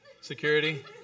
Security